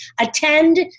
Attend